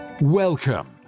Welcome